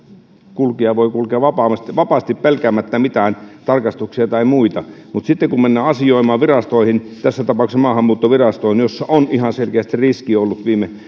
kulkija voi kulkea vapaasti vapaasti pelkäämättä mitään tarkastuksia tai muita mutta sitten kun mennään asioimaan virastoihin tässä tapauksessa maahanmuuttovirastoon jossa on ihan selkeästi ollut